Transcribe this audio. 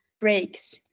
breaks